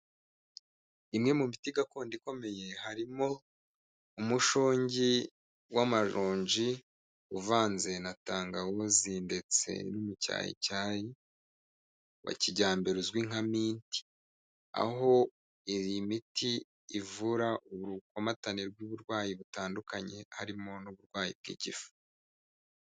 Imwe mu miti gakondo ikomeye harimo umushongi w'amaronji uvanze na tangawuzi ndetse no mucyayicyayi wa kijyambere uzwi nka miti, aho iyi miti ivura urukomatanye rw'uburwayi butandukanye harimo n'uburwayi bw'igifu.